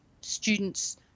students